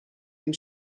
dem